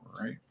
right